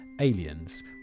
aliens